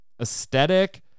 aesthetic